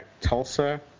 Tulsa